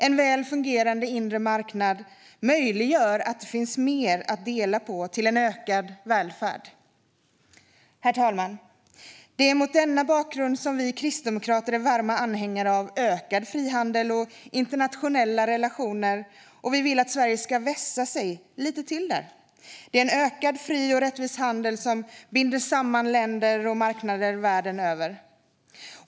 En väl fungerande inre marknad gör det möjligt att få mer att dela på till en ökad välfärd. Herr talman! Det är mot denna bakgrund som vi kristdemokrater är varma anhängare av ökad frihandel och internationella relationer, och vi vill att Sverige ska vässa sig lite till. Det är en ökad fri och rättvis handel som binder samman länder och marknader världen över.